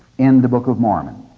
in the book of mormon